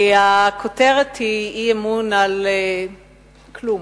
כי הכותרת היא אי-אמון על כלום,